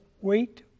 wait